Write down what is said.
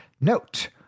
Note